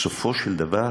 בסופו של דבר